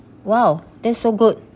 !wow! that's so good